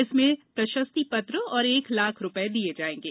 इसमें प्रशस्ति पत्र और एक लाख रूपये दिये जायेगें